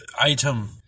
item